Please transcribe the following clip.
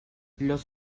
los